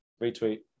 retweet